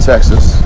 Texas